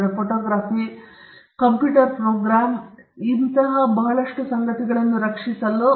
ಆವಿಷ್ಕಾರಗಳನ್ನು ರಕ್ಷಿಸಲು ಪೇಟೆಂಟ್ಗಳನ್ನು ಬಳಸಲಾಗುತ್ತದೆ ಮತ್ತು ನಾವು ಆವಿಷ್ಕಾರಗಳ ಬಗ್ಗೆ ಮಾತನಾಡುವಾಗ ನಾವು ತಾಂತ್ರಿಕ ಆವಿಷ್ಕಾರಗಳನ್ನು ಉಲ್ಲೇಖಿಸುತ್ತಿದ್ದೇವೆ